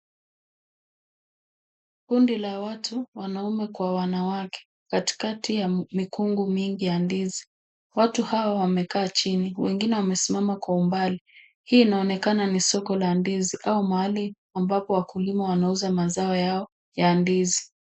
Kundi la watu wanaume kwa wanawake katikati ya mikungu mingi ya ndizi. Watu hawa wamekaa chini ,wengine wamesimama kwa umbali. Hii inaonekana ni soko la ndizi au mahali ambapo wakulima wanuza mazao yao ya ndizi.